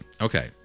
Okay